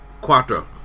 Quattro